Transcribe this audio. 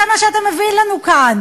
זה מה שאתה מביא לנו כאן.